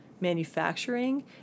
manufacturing